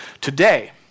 Today